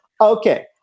Okay